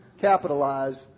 capitalize